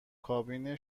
کابین